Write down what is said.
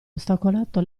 ostacolato